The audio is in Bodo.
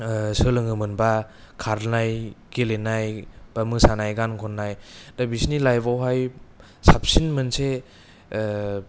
सोलोङोमोनबा खारनाय गेलेनाय बा मोसानाय गान खन्नाय दा बिसोरनि लाइफावहाय साबसिन मोनसे